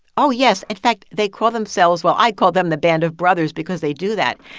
oh, yes. in fact, they call themselves well, i call them the band of brothers because they do that.